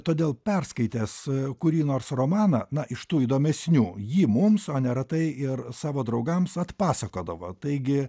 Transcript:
todėl perskaitęs kurį nors romaną na iš tų įdomesnių jį mums o neretai ir savo draugams atpasakodavo taigi